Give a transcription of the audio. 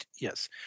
Yes